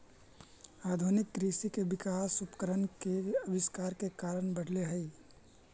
आधुनिक कृषि के विकास उपकरण के आविष्कार के कारण बढ़ले हई